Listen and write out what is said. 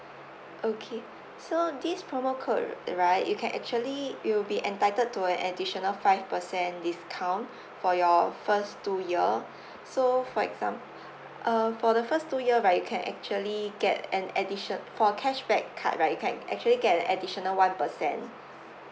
okay so this promo code right you can actually you will be entitled to a additional five percent discount for your first two year so for exam~ uh for the first two year right you can actually get an additio~ for cashback card right you can actually get an additional one percent